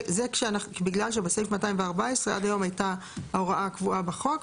זה בגלל שבסעיף 214 עד היום הייתה ההוראה הקבועה בחוק.